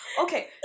Okay